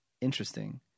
interesting